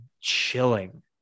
chilling